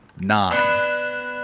Nine